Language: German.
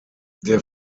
der